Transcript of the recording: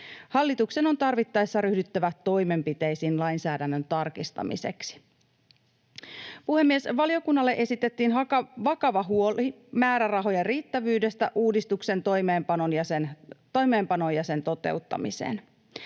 Hallituksen on tarvittaessa ryhdyttävä toimenpiteisiin lainsäädännön tarkistamiseksi. Puhemies! Valiokunnalle esitettiin vakava huoli määrärahojen riittävyydestä uudistuksen toimeenpanoon ja sen toteuttamiseen.